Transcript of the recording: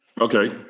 Okay